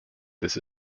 this